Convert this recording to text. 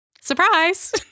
Surprise